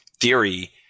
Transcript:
theory